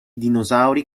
dinosauri